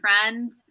friend